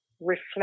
reflect